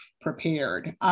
prepared